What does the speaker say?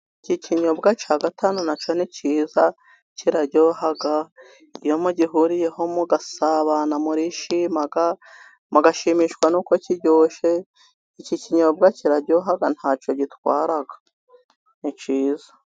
Ikinyobwa cya gatanu na cyo ni cyiza kiraryoha, iyo mugihuriyeho mugasabana murishima, mugashimishwa n'uko kiryoshye, iki kinyobwa kiraryoha ntacyo gitwara ni cyiza.